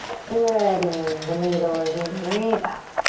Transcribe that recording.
threading the needle as you breathe out.